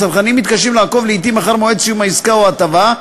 הצרכנים מתקשים לעקוב לעתים אחר מועד סיום העסקה או ההטבה,